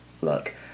look